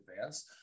advance